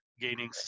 gaining